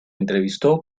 entrevistó